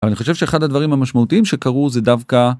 אני חושב שאחד הדברים המשמעותיים שקרו זה דווקא.